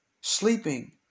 sleeping